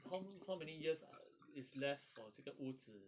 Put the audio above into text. how how many years err is left for 这个屋子